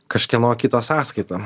kažkieno kito sąskaita